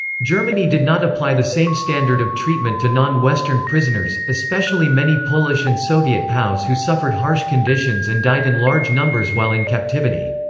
germany did not apply the same standard of treatment to non-western prisoners, especially many polish and soviet pows who suffered harsh conditions and died in large numbers while in captivity.